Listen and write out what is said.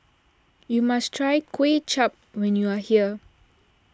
you must try Kuay Chap when you are here